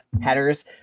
headers